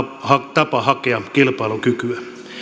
tapa hakea kilpailukykyä